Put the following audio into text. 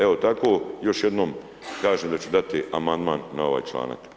Evo, tako još jednom kažem da ću dati amandman na ovaj članak.